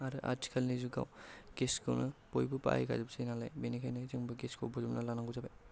आरो आथिखालनि जुगाव गेसखौनो बयबो बाहायखाजोबसै नालाय बेनिखायनो जोंबो गेसखौ बोजबनानै लानांगौ जाबाय